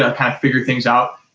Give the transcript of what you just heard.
to figure things out.